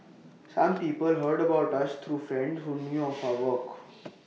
some people heard about us through friends who knew of our work